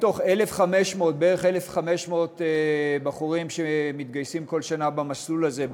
מתוך בערך 1,500 בחורים שמתגייסים כל שנה במסלול הזה,